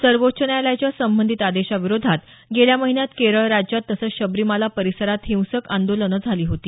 सर्वोच्च न्यायालयाच्या संबंधित आदेशाविरोधात गेल्या महिन्यात केरळ राज्यात तसंच शबरीमला परिसरात हिंसक आंदोलनं झाली होती